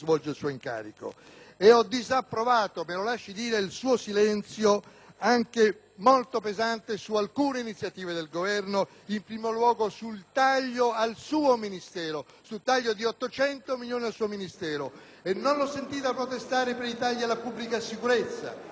molto pesante su alcune iniziative del Governo, in primo luogo sul taglio di 800 milioni al suo Ministero e non l'ho sentita protestare per i tagli alla pubblica sicurezza, alla Polizia e ai Carabinieri; né ha protestato quando sono stati tagliati